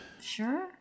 Sure